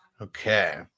Okay